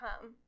come